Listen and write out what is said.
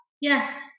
Yes